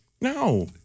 No